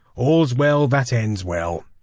all's well that ends well.